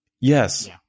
yes